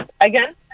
Again